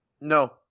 No